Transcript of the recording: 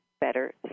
better